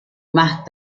más